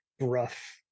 rough